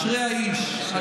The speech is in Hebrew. "אשרי האיש", יאללה.